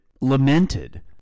lamented